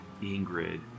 Ingrid